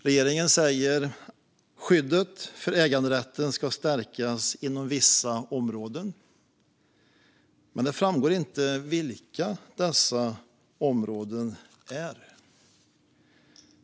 Regeringen säger att skyddet för äganderätten ska stärkas inom vissa områden, men det framgår inte vilka dessa områden är.